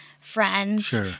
friends